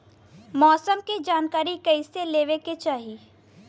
मौसम के जानकारी कईसे लेवे के चाही?